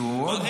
לא,